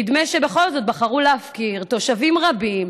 נדמה שבכל זאת בחרו להפקיר תושבים רבים,